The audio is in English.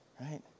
right